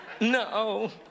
No